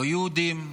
לא יהודים,